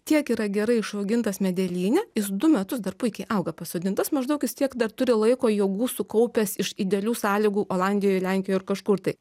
tiek yra gerai išaugintas medelyne jis du metus dar puikiai auga pasodintas maždaug jis tiek dar turi laiko jėgų sukaupęs iš idealių sąlygų olandijoje lenkijoj ar kažkur tai